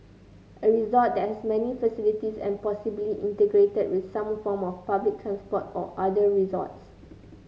a resort that has many facilities and possibly integrated with some form of public transport or other resorts